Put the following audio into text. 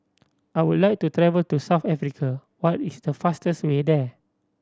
I would like to travel to South Africa what is the fastest way there